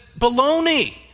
baloney